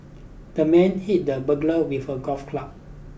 the man hit the burglar with a golf club